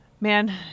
man